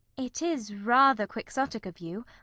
it is rather quixotic of you.